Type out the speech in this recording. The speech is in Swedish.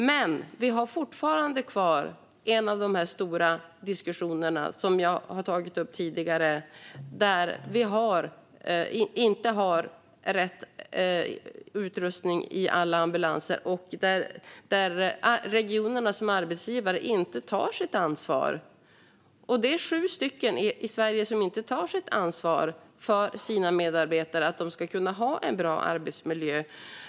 Men vi har fortfarande kvar en av de stora diskussioner som jag har tagit upp tidigare, nämligen att det inte finns rätt utrustning i alla ambulanser och där regionerna som arbetsgivare inte tar sitt ansvar. Det är sju regioner i Sverige som inte tar sitt ansvar för att deras medarbetare ska kunna ha en bra arbetsmiljö.